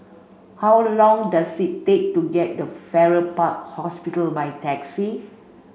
how long does it take to get to Farrer Park Hospital by taxi